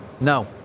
no